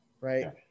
right